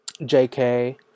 JK